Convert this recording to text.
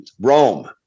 Rome